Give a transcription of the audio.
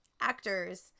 actors